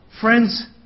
Friends